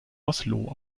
oslo